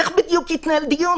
איך בדיוק יתנהל דיון?